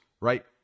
right